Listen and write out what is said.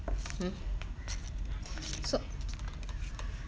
hmm so